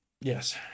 Yes